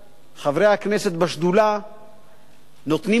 חברי הכנסת בשדולה נותנים כתף.